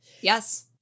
yes